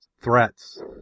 threats